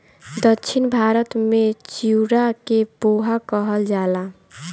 दक्षिण भारत में चिवड़ा के पोहा कहल जाला